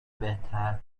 بهتر